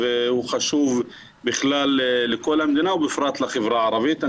הוא חשוב בכלל לכל המדינה ובפרט לחברה הערבית.